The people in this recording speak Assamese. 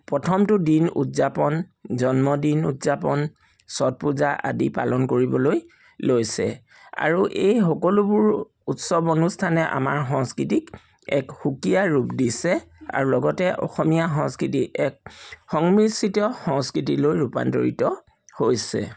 প্ৰথমটো দিন উদযাপন জন্মদিন উদযাপন চট পূজা আদি পালন কৰিবলৈ লৈছে আৰু এই সকলোবোৰ উৎসৱ অনুষ্ঠানে আমাৰ সংস্কৃতিক এক সুকীয়া ৰূপ দিছে আৰু লগতে অসমীয়া সংস্কৃতিক এক সংমিশ্ৰিত সংস্কৃতিলৈ ৰূপান্তৰিত হৈছে